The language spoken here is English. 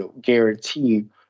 guarantee